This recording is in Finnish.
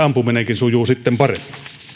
ampuminenkin sujuu sitten paremmin